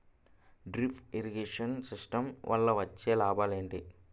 Drip irrigation system వల్ల వచ్చే లాభాలు ఏంటి?